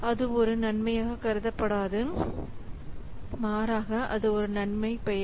அது ஒரு நன்மையாக கருதப்படாது மாறாக அது நன்மை பயக்கும்